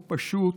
הוא פשוט,